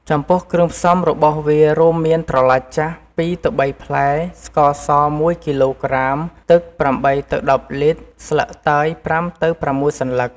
ចំពោះគ្រឿងផ្សំរបស់វារួមមានត្រឡាចចាស់ ២ទៅ៣ ផ្លែ , ស្ករស ១គីឡួក្រាម, ទឹក ៨ទៅ១០ លីត្រ, ស្លឹកតើយ ៥ទៅ៦ សន្លឹក។